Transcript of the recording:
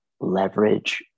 leverage